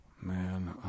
Man